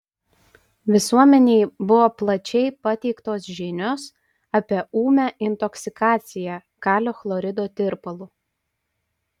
visuomenei buvo plačiai pateiktos žinios apie ūmią intoksikaciją kalio chlorido tirpalu